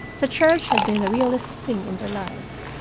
the church had been the realest thing in their lives.